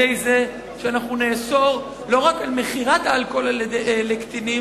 על-ידי זה שאנחנו נאסור לא רק מכירת אלכוהול לקטינים,